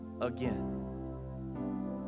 again